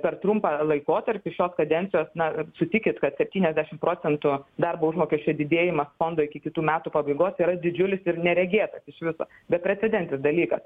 per trumpą laikotarpį šios kadencijos na sutikit kad septyniasdešimt procentų darbo užmokesčio didėjimas fondo iki kitų metų pabaigos yra didžiulis ir neregėtas iš viso beprecedentis dalykas